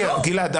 גלעד,